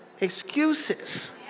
excuses